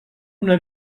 una